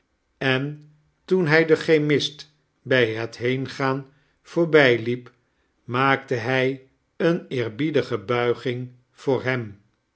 en toen hij den chemist bij het heengaan voorbijliep maakte hij eene eerbiedige bulging voor hem